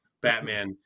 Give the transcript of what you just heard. Batman